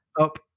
up